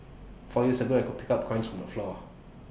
four years ago I could pick up coins from the floor